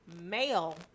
male